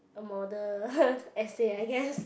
model essay I guess